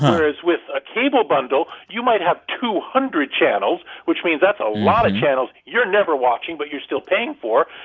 whereas with a cable bundle, you might have two hundred channels, which means that's a lot of channels you're never watching, but you're still paying for.